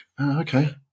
okay